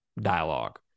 dialogue